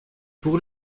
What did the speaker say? pour